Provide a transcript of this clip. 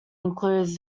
includes